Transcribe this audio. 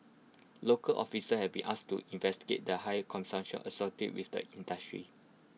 local officials have been asked to investigate the high consumption associated with the industry